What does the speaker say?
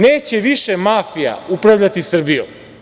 Neće više mafija upravljati Srbijom.